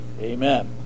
Amen